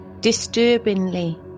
Disturbingly